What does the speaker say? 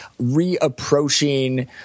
reapproaching